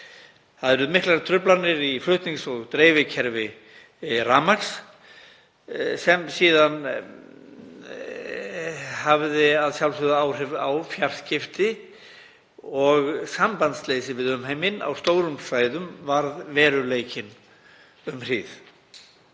Það urðu miklar truflanir í flutnings- og dreifikerfi rafmagns sem síðan hafði að sjálfsögðu áhrif á fjarskipti og sambandsleysi við umheiminn varð veruleiki um hríð